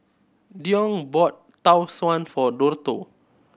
Deon bought Tau Suan for Dortha